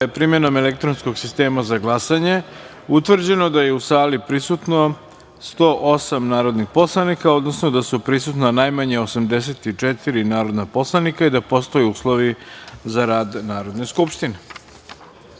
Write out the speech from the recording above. primenom elektronskog sistema za glasanje, utvrđeno da je u sali prisutno 108 narodnih poslanika, odnosno da su prisutna najmanje 84 narodna poslanika i da postoje uslovi za rad Narodne